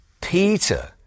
Peter